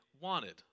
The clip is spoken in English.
wanted